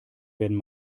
werden